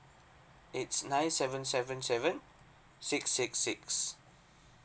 it's nine seven seven seven six six six